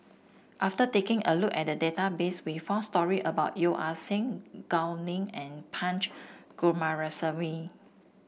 after taking a look at the database we found story about Yeo Ah Seng Gao Ning and Punch Coomaraswamy